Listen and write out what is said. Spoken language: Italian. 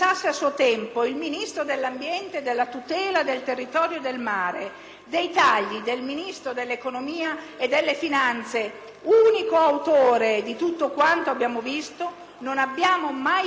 unico autore di tutto quanto abbiamo visto, non lo abbiamo mai saputo, né allora né in seguito, perché con il Ministro dell'ambiente non abbiamo mai potuto parlare